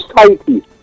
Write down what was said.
society